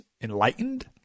enlightened